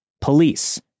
Police